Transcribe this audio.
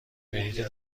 بلیت